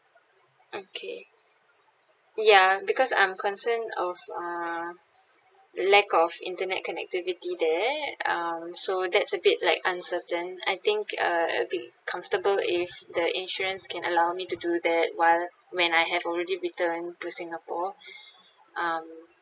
okay ya because I'm concerned of uh lack of internet connectivity there um so that's a bit like uncertain I think uh it'll be comfortable if the insurance can allow me to do that while when I have already returned to singapore um